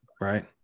Right